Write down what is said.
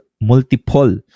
multiple